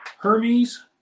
Hermes